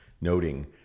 noting